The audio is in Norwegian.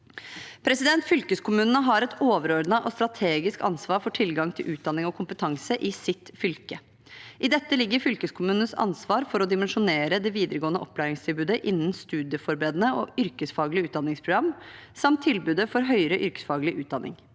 Fylkeskommunene har et overordnet og strategisk ansvar for tilgang til utdanning og kompetanse i sitt fylke. I dette ligger fylkeskommunenes ansvar for å dimensjonere det videregående opplæringstilbudet innen studieforberedende og yrkesfaglige utdanningsprogram samt tilbudet for høyere yrkesfaglig utdanning.